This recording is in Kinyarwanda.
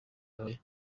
yabaye